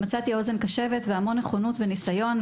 מצאתי אוזן קשבת והמון נכונות וניסיון,